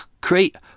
create